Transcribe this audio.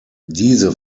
diese